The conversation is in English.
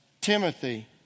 Timothy